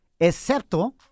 Excepto